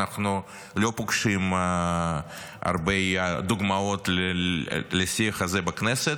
אנחנו לא פוגשים הרבה דוגמאות לשיח כזה בכנסת.